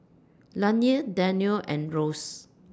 Lanie Danielle and Rose